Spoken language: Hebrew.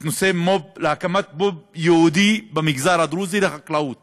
הקמת מו"פ ייעודי לחקלאות